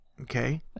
okay